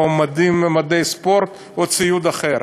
או מדי ספורט או ציוד אחר.